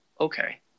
okay